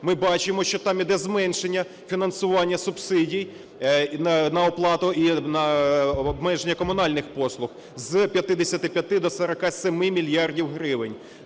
Ми бачимо, що там іде зменшення фінансування субсидій на оплату і на обмеження комунальних послуг з 55 до 47 мільярдів гривень.